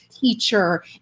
teacher